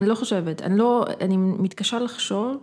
‫אני לא חושבת, אני לא... ‫אני מתקשר לחשוב.